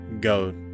go